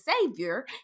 savior